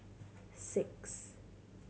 six